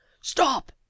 stop